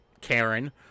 Karen